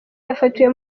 yafatiwe